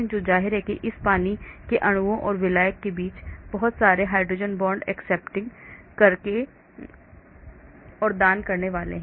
तो जाहिर है कि इन सभी पानी के अणुओं और विलायक के बीच बहुत सारे hydrogen bond accepting करने और दान करने वाले हैं